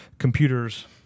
Computers